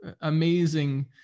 amazing